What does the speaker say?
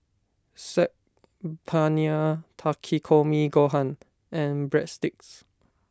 Saag Paneer Takikomi Gohan and Breadsticks